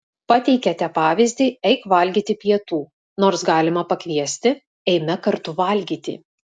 pateikiate pavyzdį eik valgyti pietų nors galima pakviesti eime kartu valgyti